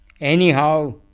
anyhow